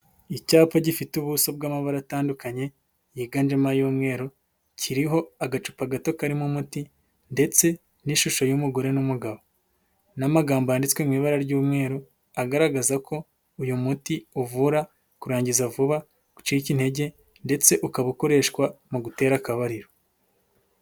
Icyapa gifite ubuso bw'amabara atandukanye, yiganjemo ay'umweru, kiriho agacupa gato karimo umuti ndetse n'ishusho y'umugore n'umugabo n'amagambo yanditswe mu ibara ry'umweru, agaragaza ko uyu muti uvura kurangiza vuba, gucika intege ndetse ukaba ukoreshwa mu gutera akabariro.